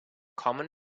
common